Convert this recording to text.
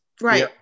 Right